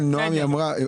כן, נעם היא אמרה.